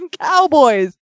cowboys